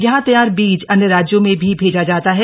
यहां तैयार बीज अन्य राज्यों में भी भूमा जाता है